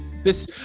This-